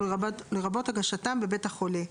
הסעיף הזה עוסק בנושא האגרות,